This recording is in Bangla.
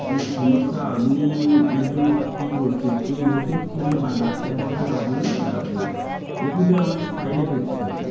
সমস্যা আপনি এর জন্য কী করছেন শুধু ওষুধ খেলে বা ডাক্তার দেখালে হবে না ওষুধের অনেক সাইড এফেক্ট থাকে